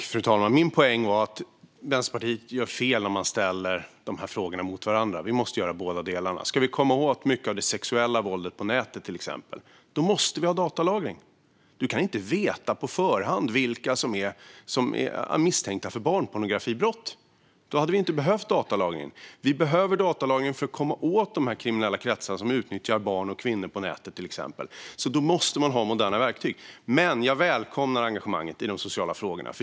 Fru talman! Min poäng var att Vänsterpartiet gör fel när man ställer dessa frågor mot varandra. Vi måste göra båda delarna. Ska vi komma åt mycket av det sexuella våldet på nätet, till exempel, måste vi ha datalagring. Du kan inte veta på förhand vilka som är misstänkta för barnpornografibrott. Då hade vi inte behövt datalagring. Vi behöver datalagring för att komma åt de kriminella kretsar som utnyttjar barn och kvinnor på nätet, till exempel. Då måste man ha moderna verktyg. Men jag välkomnar engagemanget i de sociala frågorna.